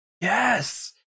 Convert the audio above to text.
Yes